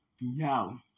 No